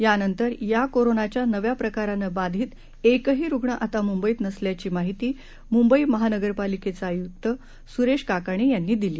यानंतर या कोरोनाच्या नव्या प्रकारानं बाधित एकही रुग्ण आता मुंबईत नसल्याची माहिती मुंबई महानगरपालिकेचे आयुक्त सुरेश काकाणी यांनी दिली आहे